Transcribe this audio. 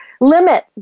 limit